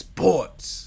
Sports